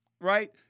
right